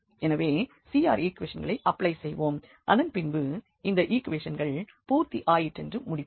எனவே CR ஈக்குவேஷன்களை apply செய்வோம் அதன்பின்பு இந்த ஈக்குவேஷன்கள் பூர்த்தி ஆயிற்றென்று முடிப்போம்